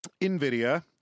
NVIDIA